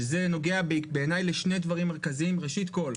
שזה נוגע בעיניי לשני דברים מרכזיים: ראשית כל,